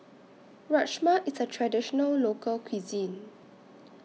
Rajma IS A Traditional Local Cuisine